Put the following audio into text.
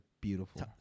beautiful